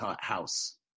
house